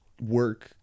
work